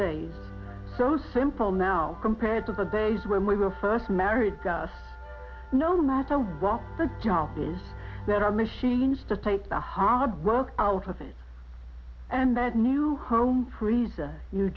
day so simple now compared to the days when we were first married guys no matter what the job is there are machines that take the hard work out of it and that new home freezer you